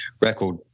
record